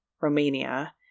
Romania